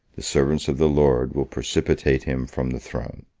the servants of the lord will precipitate him from the throne.